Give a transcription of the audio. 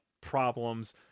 problems